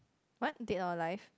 what dead or alive